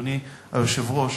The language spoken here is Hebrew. אדוני היושב-ראש,